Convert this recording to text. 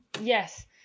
yes